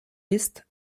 ist